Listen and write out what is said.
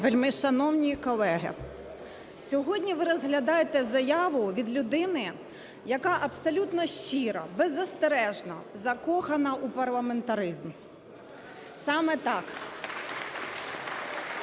Вельмишановні колеги, сьогодні ви розглядаєте заяву від людини, яка абсолютно щиро і беззастережно закохана у парламентаризм – саме так.